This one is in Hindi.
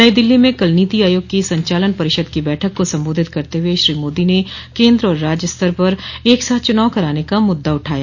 नई दिल्ली में कल नीति आयोग की संचालन परिषद की बैठक को संबोधित करते हुए श्री मोदी ने केंद्र और राज्य स्तर पर एक साथ च्रनाव कराने का मुद्दा उठाया